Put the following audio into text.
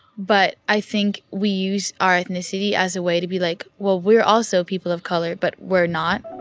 but i think we use our ethnicity as a way to be like, well, we're also people of color. but we're not.